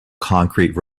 concrete